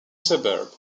suburb